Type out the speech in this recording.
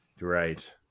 Right